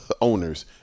owners